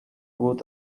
good